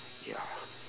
ya